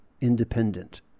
independent